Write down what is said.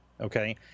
okay